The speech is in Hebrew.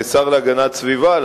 כשר להגנת הסביבה,